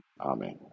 Amen